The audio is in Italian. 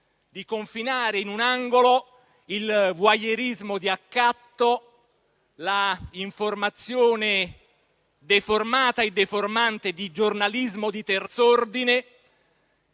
e confinare in un angolo il voyeurismo d'accatto, l'informazione deformata e deformante di giornalismo di terz'ordine